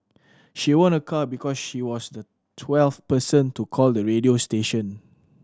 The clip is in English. she won a car because she was the twelve person to call the radio station